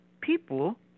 people